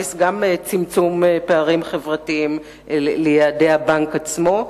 חוק בנק ישראל גם צמצום פערים חברתיים ליעדי הבנק עצמו,